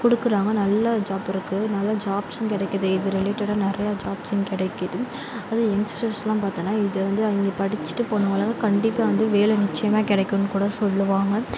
கொடுக்குறாங்க நல்ல ஜாப் இருக்குது நல்ல ஜாப்ஸும் கிடைக்கிது இது ரிலேட்டடாக நிறையா ஜாப்ஸும் கிடைக்கிது அதுவும் எங்ஸ்டர்ஸ்யெலாம் பார்த்தோன்னா இது வந்து அங்கே படிச்சுட்டு போனவெலாம் கண்டிப்பாக வந்து வேலை நிச்சயமாக கிடைக்குன்னு கூட சொல்லுவாங்க